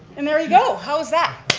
and there you go, how's that.